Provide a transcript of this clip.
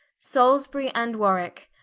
salisburie, and warwicke.